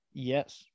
Yes